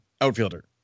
outfielder